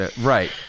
Right